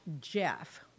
jeff